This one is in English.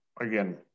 again